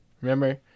remember